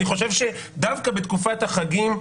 אני חושב שדווקא בתקופת החגים,